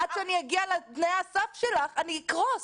עד שאני אגיע לתנאי הסף שלך אני אקרוס.